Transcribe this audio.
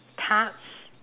tarts